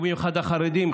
ובמיוחד החרדים,